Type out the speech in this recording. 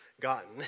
gotten